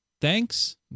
Thanks